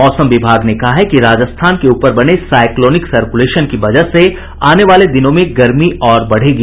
मौसम विभाग ने कहा है कि राजस्थान के ऊपर बने साईक्लोनिक सर्कुलेशन की वजह से आने वाले दिनों में गर्मी और बढ़ेगी